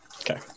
Okay